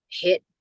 hit